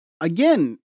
Again